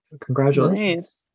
Congratulations